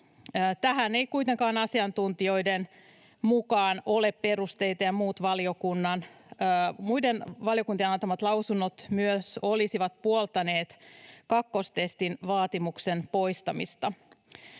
Tähän ei kuitenkaan asiantuntijoiden mukaan ole perusteita, ja myös muiden valiokuntien antamat lausunnot olisivat puoltaneet kakkostestin vaatimuksen poistamista,